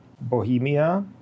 Bohemia